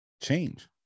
change